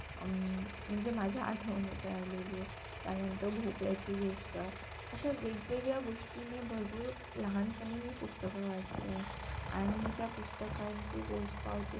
म्हणजे माझ्या आठवणीत राहिलेले त्यानंतर भोपळ्याची गोष्ट अशा वेगवेगळ्या गोष्टीने भरपूर लहानपणी मी पुस्तकं वाचलेय आणि त्या पुस्तकांची पोहच पावती म्हणजे